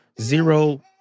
zero